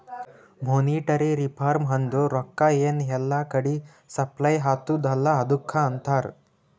monetary reform ಅಂದುರ್ ರೊಕ್ಕಾ ಎನ್ ಎಲ್ಲಾ ಕಡಿ ಸಪ್ಲೈ ಅತ್ತುದ್ ಅಲ್ಲಾ ಅದುಕ್ಕ ಅಂತಾರ್